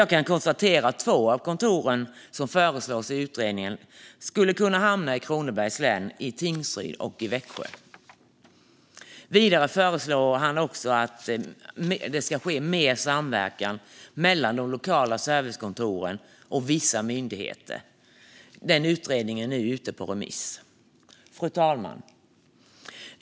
Jag kan konstatera att två av de kontor som föreslås i utredningen skulle kunna hamna i Kronobergs län, i Tingsryd och i Växjö. Vidare föreslår han mer samverkan mellan lokala servicekontor och vissa myndigheter. Utredningen är nu ute på remiss. Fru talman!